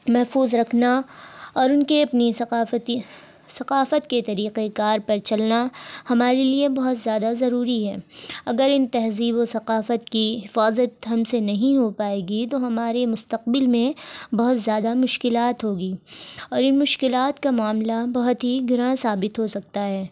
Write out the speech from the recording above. محفوظ رکھنا اور ان کے اپنی ثقافتی ثقافت کے طریقہ کار پر چلنا ہمارے لیے بہت زیادہ ضروری ہے اگر ان تہذیب و ثقافت کی حفاظت ہم سے نہیں ہو پائے گی تو ہمارے مستقبل میں بہت زیادہ مشکلات ہوگی اور ان مشکلات کا معاملہ بہت ہی گراں ثابت ہو سکتا ہے